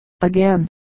Again